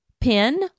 Pen